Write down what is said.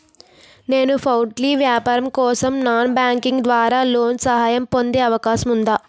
నేను పౌల్ట్రీ వ్యాపారం కోసం నాన్ బ్యాంకింగ్ ద్వారా లోన్ సహాయం పొందే అవకాశం ఉందా?